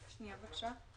עם בקשת